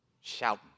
shouting